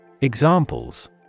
Examples